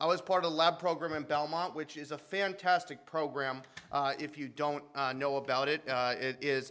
i was part of a lab program in belmont which is a fantastic program if you don't know about it it is